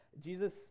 Jesus